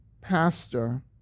pastor